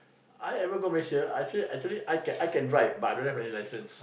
I ever go Malaysia I actually actually I I can drive but I don't have any license